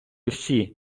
всі